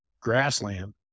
grassland